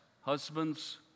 husbands